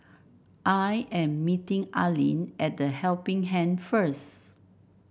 I am meeting Allene at The Helping Hand first